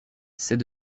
c’est